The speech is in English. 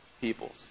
peoples